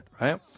right